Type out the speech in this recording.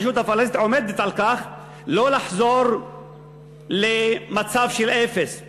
הרשות הפלסטינית עומדת על כך שלא נחזור למצב של אפס.